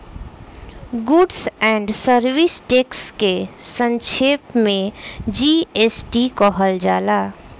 goods and service tax के संक्षेप में जी.एस.टी कहल जाला